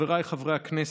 חבריי חברי הכנסת,